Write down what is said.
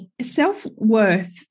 Self-worth